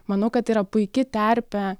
manau kad yra puiki terpė